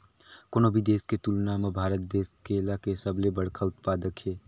कोनो भी देश के तुलना म भारत देश केला के सबले बड़खा उत्पादक हे